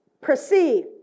perceive